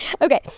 okay